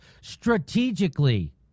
strategically